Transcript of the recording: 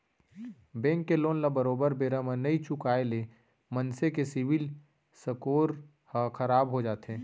bank के loan ल बरोबर बेरा म नइ चुकाय ले मनसे के सिविल स्कोर ह खराब हो जाथे